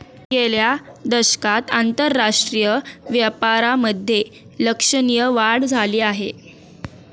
गेल्या दशकात आंतरराष्ट्रीय व्यापारामधे लक्षणीय वाढ झाली आहे